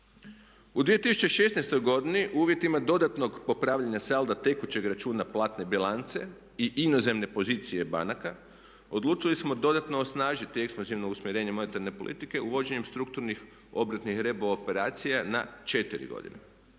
U 2016. godini u uvjetima dodatnog popravljanja salda tekućeg računa platne bilance i inozemne pozicije banaka odlučili smo dodatno osnažiti ekspanzivno usmjerenje monetarne politike uvođenjem strukturnih obrtnih rebo operacija na četiri godine,